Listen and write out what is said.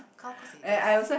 come cause they just